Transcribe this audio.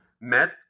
met